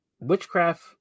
Witchcraft